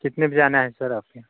किसमें से जाना है सर आपको